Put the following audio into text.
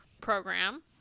program